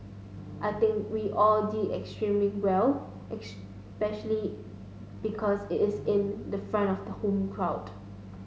I think we all did extremely well especially because it's in front of the home crowd